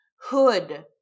hood